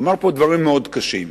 הוא אמר פה דברים מאוד קשים,